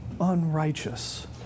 unrighteous